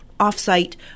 off-site